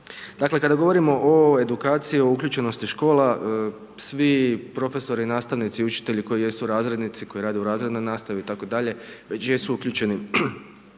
Dakle, kada govorimo o edukciji uključenosti škola svi profesori, nastavnici, učitelji koji jesu razrednici, koji rade u razrednoj nastavi itd. već jesu uključeni